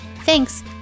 Thanks